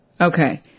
Okay